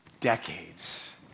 decades